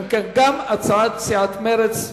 גם הצעת סיעת מרצ הוסרה.